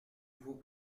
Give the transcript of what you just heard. vous